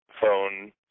phone